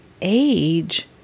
age